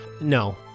no